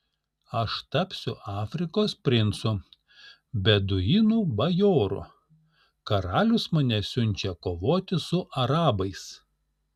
aš tapsiu afrikos princu beduinų bajoru karalius mane siunčia kovoti su arabais